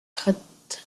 traitent